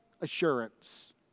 assurance